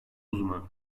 uzman